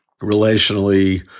relationally